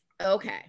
Okay